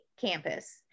campus